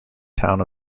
town